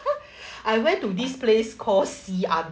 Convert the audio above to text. I went to this place called xi an